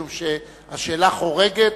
משום שהשאלה חורגת